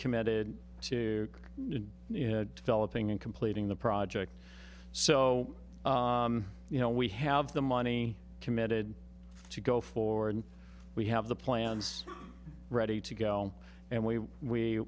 committed to developing and completing the project so you know we have the money committed to go forward and we have the plans ready to go and we we